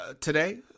today